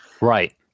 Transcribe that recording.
Right